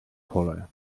pole